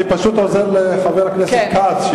אני פשוט עוזר לחבר הכנסת כץ,